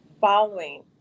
following